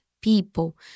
people